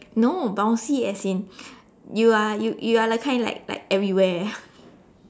no bouncy as in you are you you are the kind like like everywhere